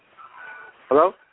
Hello